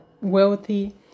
wealthy